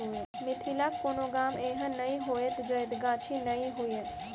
मिथिलाक कोनो गाम एहन नै होयत जतय गाछी नै हुए